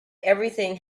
everything